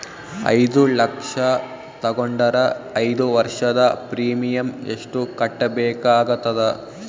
ಐದು ಲಕ್ಷ ತಗೊಂಡರ ಐದು ವರ್ಷದ ಪ್ರೀಮಿಯಂ ಎಷ್ಟು ಕಟ್ಟಬೇಕಾಗತದ?